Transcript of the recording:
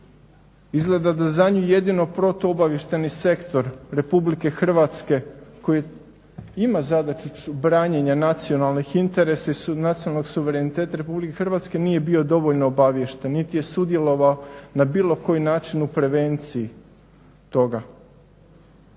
Izgleda da za nju jedino protu obavještajni sektor Republike Hrvatske koji ima zadaću branjenja nacionalnog interesa i nacionalnog suvereniteta Republike Hrvatske nije bio dovoljno obaviješten niti je sudjelovao na bilo koji način u prevenciji toga.